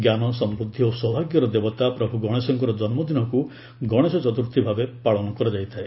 ଜ୍ଞାନ ସମୃଦ୍ଧି ଓ ସୌଭାଗ୍ୟର ଦେବତା ପ୍ରଭୁ ଗଣେଶଙ୍କର ଜନ୍ମଦିନକୁ ଗଣେଶ ଚତୁର୍ଥୀ ଭାବେ ପାଳନ କରାଯାଇଥାଏ